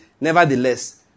nevertheless